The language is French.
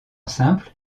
simple